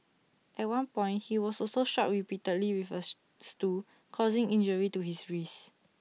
at one point he was also struck repeatedly with A stool causing injury to his wrist